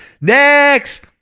Next